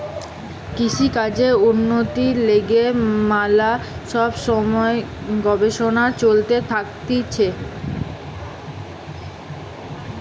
কৃষিকাজের উন্নতির লিগে ম্যালা সব সময় গবেষণা চলতে থাকতিছে